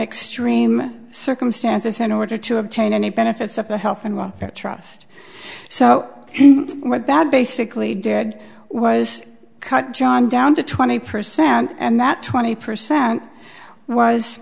extreme circumstances in order to obtain any benefits of the health and welfare trust so what that basically did was cut john down to twenty percent and that twenty percent was